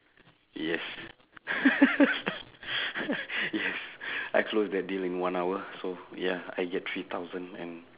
yes yes I close that deal in one hour so ya I get three thousand and